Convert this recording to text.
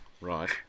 Right